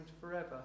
forever